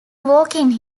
walking